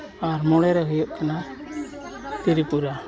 ᱟᱨ ᱢᱚᱬᱮ ᱨᱮ ᱦᱩᱭᱩᱜ ᱠᱟᱱᱟ ᱛᱨᱤᱯᱩᱨᱟ